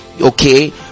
okay